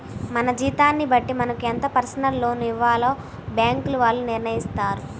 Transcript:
మన జీతాన్ని బట్టి మనకు ఎంత పర్సనల్ లోన్ ఇవ్వాలో బ్యేంకుల వాళ్ళు నిర్ణయిత్తారు